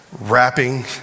Wrapping